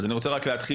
אני אתחיל,